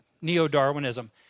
neo-Darwinism